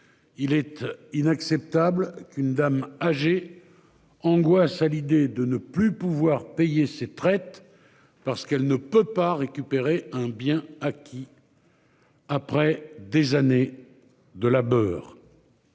Il est inacceptable qu'une dame âgée. Angoisse à l'idée de ne plus pouvoir payer ses traites parce qu'elle ne peut pas récupérer un bien acquis. Après des années de labeur.